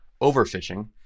overfishing